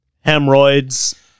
Hemorrhoids